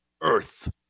earth